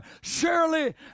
surely